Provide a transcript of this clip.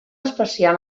espacial